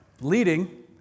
leading